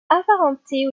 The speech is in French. apparentée